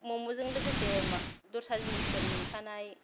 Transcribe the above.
म'म'जों लोगोसे दस्रा जिनिसफोर मोनफानाय